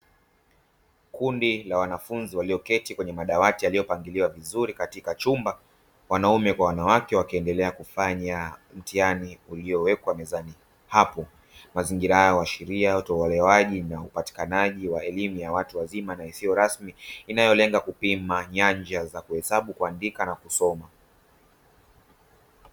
Kundi la wanafunzi walioketi kwenye madawati yaliyopangiliwa vizuri katika chumba wanaume kwa wanawake wakiendelea kufanya mtihani uliowekwa mezani hapo, mazingira hayo huwashiria utaolewaji na upatikanaji wa elimu ya watu wazima na isiyo rasmi inayolenga kupima nyanja za kuhesabu kuandika na kusoma.